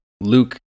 Luke